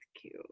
cute